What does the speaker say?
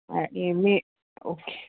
ए मी ओके